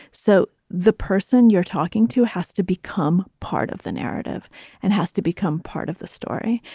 so the person you're talking to has to become part of the narrative and has to become part of the story.